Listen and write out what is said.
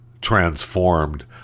transformed